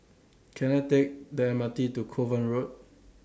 Can I Take The M R T to Kovan Road